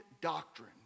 doctrine